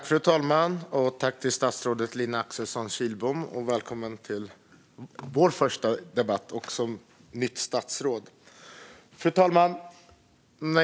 Fru talman! Jag vill välkomna statsrådet Lina Axelsson Kihlblom till den första debatten med mig och som nytt statsråd.